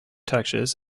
touches